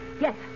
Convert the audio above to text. Yes